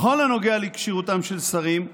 בכל הנוגע לכשירותם של שרים,